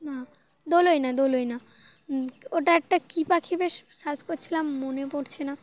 না দোলোই না দোলোই না ওটা একটা কী পাখি বেশ সার্চ করছিলাম মনে পড়ছে না